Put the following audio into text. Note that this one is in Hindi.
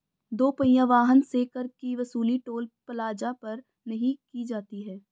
दो पहिया वाहन से कर की वसूली टोल प्लाजा पर नही की जाती है